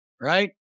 Right